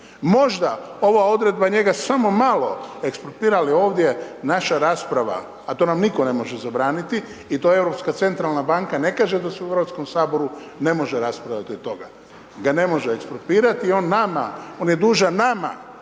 Možda ova odredba njega samo malo ekspropira, ali ovdje naša rasprava, a to nam nitko ne može zabraniti i to Europska centralna banka ne kaže da se u HS ne može raspravljati od toga, da ne može ekspropirati, on nama, on je dužan nama